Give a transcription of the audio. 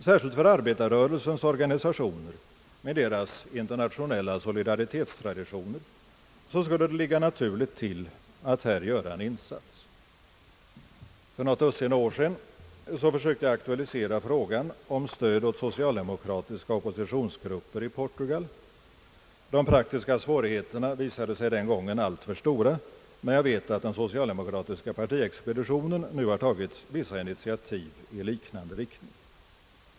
Särskilt för arbetarrörelsens organisationer med deras internationella solidaritetstraditioner skulle det ligga nära till att härvidlag göra en insats: För ett dussintal år sedan försökte jag aktualisera frågan om stöd åt socialdemokratiska oppositionsgrupper i Portugal. De praktiska svårigheterna visade sig den gången alltför stora, men jag vet att den socialdemokratiska partiexpeditionen nu har tagit vissa initiativ i liknande riktning.